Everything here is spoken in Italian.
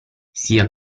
sia